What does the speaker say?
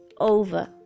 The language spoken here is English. over